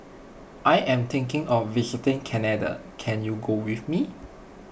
I am thinking of visiting Canada can you go with me